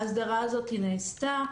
ההסדרה הזאתי נעשתה,